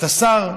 אתה שר,